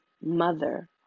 mother